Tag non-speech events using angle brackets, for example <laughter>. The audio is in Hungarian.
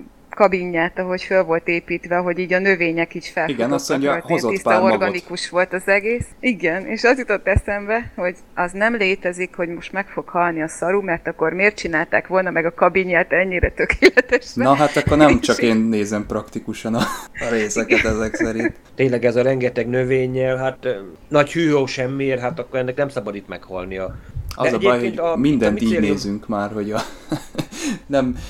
kabinját, ahogy föl volt építve, hogy így a növények is Igen, azt felfutottak mondja, rajta, ilyen hozott tiszta pár magot. organikus volt az egész. Igen, és az jutott eszembe, hogy az nem létezik, hogy most meg fog halni a Saru, mert akkor miért csinálták volna meg a kabinját ennyire tökéletesre? Na hát akkor nem csak <laughs> És- én nézem praktikusan a- a <laughs> Igen. részeket ezek szerint. Tényleg ez a rengeteg növény jel, hát, ö, nagy hűhó semmiért, hát akkor ennek nem szabad itt meghalnia. Az De a baj, egyébként hogy a- itt a mindent így micélium- nézünk már, hogy a- <laughs> nem-